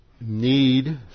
need